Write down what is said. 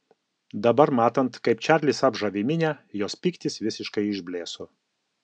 dabar matant kaip čarlis apžavi minią jos pyktis visiškai išblėso